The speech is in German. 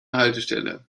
haltestelle